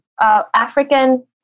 African